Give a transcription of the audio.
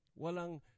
Walang